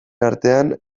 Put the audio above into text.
artean